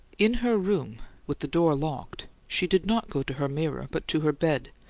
in her room, with the door locked, she did not go to her mirror, but to her bed,